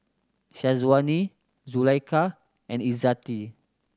Syazwani Zulaikha and Izzati